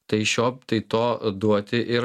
tai šio tai to duoti ir